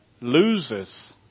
loses